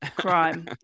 crime